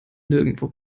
nirgendwo